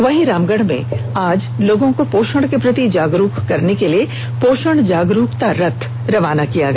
वहीं रामगढ़ में आज लोगों को पोषण के प्रति जागरूक करने के लिए पोषण जागरूकता रथ को रवाना किया गया